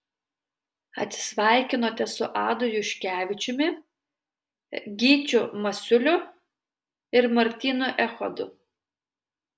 atsisveikinote su adu juškevičiumi gyčiu masiuliu ir martynu echodu